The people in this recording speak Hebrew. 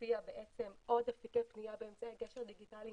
לפיה בעצם עוד אפיקי פניה באמצעי קשר דיגיטאליים